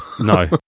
No